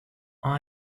icbm